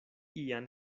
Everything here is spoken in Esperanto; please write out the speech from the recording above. ian